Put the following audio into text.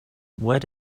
what